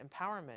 Empowerment